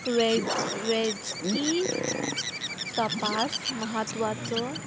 veg वैजकी तपास म्हत्वाचो